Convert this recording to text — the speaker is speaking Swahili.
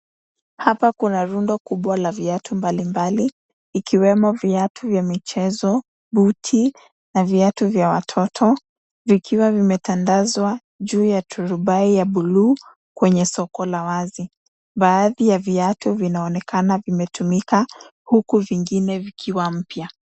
Hapa kuna rundo kubwa la viatu mbalimbali, ikiwemo viatu vya michezo, buti na viatu vya watoto, vikiwa vimetandazwa juu ya turubai ya buluu kwenye soko la wazi. Baadhi ya viatu vinaonekana vikiwa vimetumika huku vingine vikiwa mpya.